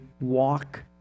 walk